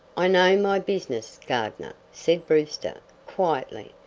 i know my business, gardner, said brewster, quietly,